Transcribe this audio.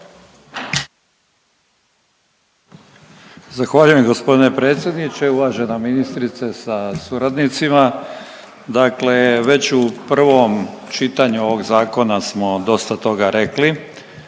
Zahvaljujem g. predsjedniče. Uvažena ministrice sa suradnicima, dakle već u prvom čitanju ovog zakona smo dosta toga rekli.